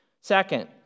Second